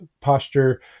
posture